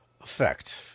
effect